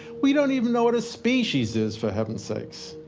we don't even know what a species is, for heaven's sakes.